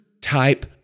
type